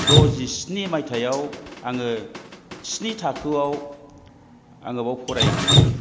द'जिस्नि मायथाइआव आङो स्नि थाखोआव आङो बेयाव फरायहैयो